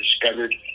discovered